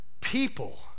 people